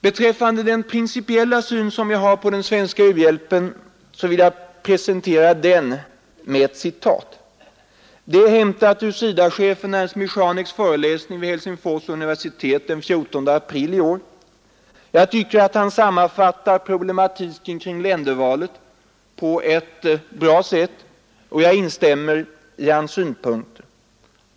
Beträffande den principiella syn som jag har på den svenska u-hjälpens inriktning så vill jag presentera den med ett citat. Det är hämtat ur SIDA-chefen Ernst Michaneks föreläsning vid Helsingfors universitet den 14 april i år. Jag tycker att han sammanfattar problematiken kring ländervalet på ett bra sätt, och jag instämmer i hans synpunkter.